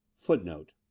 Footnote